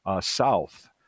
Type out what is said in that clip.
south